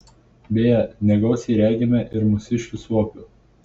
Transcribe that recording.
beje negausiai regime ir mūsiškių suopių